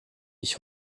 ich